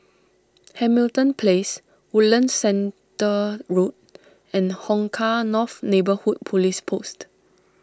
Hamilton Place Woodlands Centre Road and Hong Kah North Neighbourhood Police Post